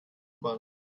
bahn